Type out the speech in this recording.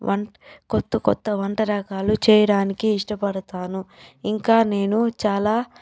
one కొత్త కొత్త వంట రకాలు చేయడానికి ఇష్టపడతాను ఇంకా నేను చాలా